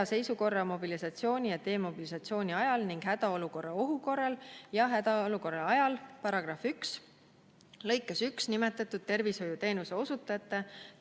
sõjaseisukorra, mobilisatsiooni ja demobilisatsiooni ajal ning hädaolukorra ohu korral ja hädaolukorra ajal" § 1 lõikes 1 nimetatud tervishoiuteenuse osutajate